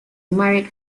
married